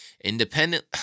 independent